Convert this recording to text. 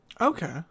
Okay